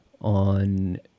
on